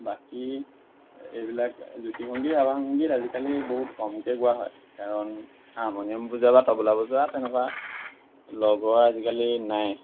বাকী এইবিলাক জ্যোতি সংগীত ৰাভা সংগীত আজিকালি বহুত কমকৈ গোৱা হয় কাৰণ হাৰমনিয়াম বজোৱা বা তবলা বজোৱা তেনেকুৱা লগৰ আজিকালি নাই